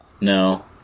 No